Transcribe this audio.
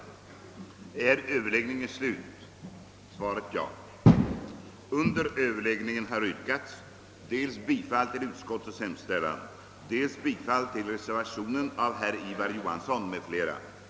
a) att det gymnasiala skolväsendet borde dimensioneras så att ingen uteslötes från utbildning, b) att yrkesvägledning och studierådgivning borde förstärkas i syfte att principen om det fria valet kunde upprätthållas, c) att s.k. färdigutbildning — oavsett var den ägde rum — vore en samhällelig angelägenhet och d) att det ankomme på skolöverstyrelsen att följa utvecklingen beträffande s.k. fritt tillval,